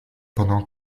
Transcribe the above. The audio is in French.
pendant